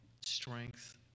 strength